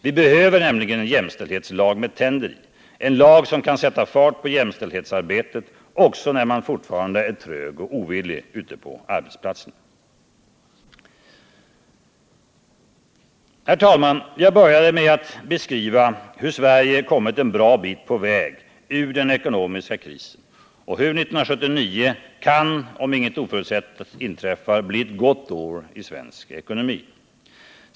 Vi behöver en jämställdhetslag med tänder i, en lag som kan sätta fart på jämställdhetsarbetet också när man fortfarande är trög och ovillig ute på arbetsplatserna. Herr talman! Jag började med att beskriva hur Sverige kommit en bra bit på väg ur den ekonomiska krisen och hur 1979, om ingenting oförutsett inträffar, kan bli ett gott år i svensk ekonomi.